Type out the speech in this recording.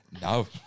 no